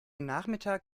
nachmittag